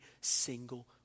single